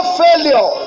failure